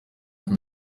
life